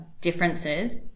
differences